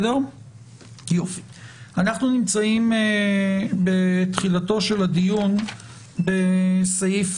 אנחנו נמצאים בתחילתו של הדיון בסעיף